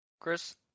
Chris